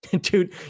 Dude